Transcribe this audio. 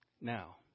Now